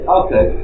okay